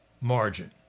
margin